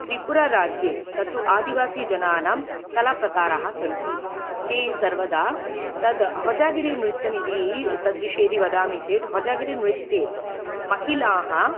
त्रिपुराराज्ये तत्तु आदिवासीजनानां कलाप्रकाराः सन्ति ते सर्वदा तद् हज़ागिरीनृत्यमिदि तद् विषये यदि वदामि चेत् हज़ागिरीनृत्ये महिलाः